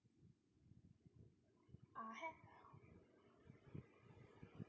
uh hi